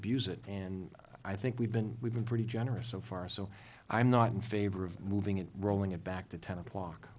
abuse it and i think we've been we've been pretty generous so far so i'm not in favor of moving it rolling it back to ten o'clock